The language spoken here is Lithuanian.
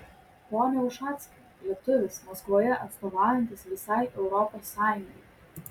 pone ušackai lietuvis maskvoje atstovaujantis visai europos sąjungai